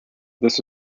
this